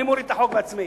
אני מוריד את החוק בעצמי.